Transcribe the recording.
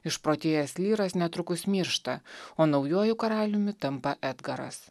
išprotėjęs lyras netrukus miršta o naujuoju karaliumi tampa edgaras